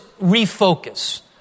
refocus